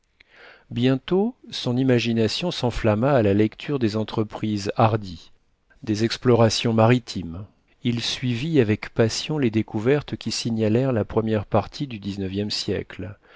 bientôt son imagination s'enflamma à la lecture des entreprises hardies des explorations maritimes il suivit avec passion les découvertes qui signalèrent la première partie du xlxe siècle